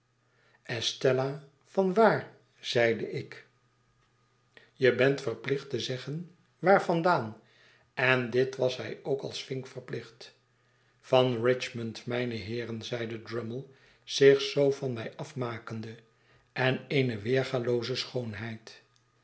van waar zeide ik je bent verplicht te zeggen waar vandaan en dit was hij ook als vink verplicht van richmond mijne heeren zeide drummle zich zoo van mij afmakende en eene weergalooze schoonheid